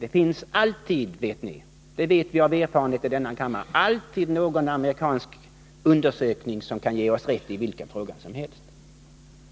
Det finns alltid — det vet vi av erfarenhet i denna kammare — någon amerikansk undersökning som kan ge oss rätt i vilka frågor som helst.